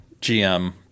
GM